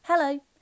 Hello